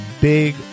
big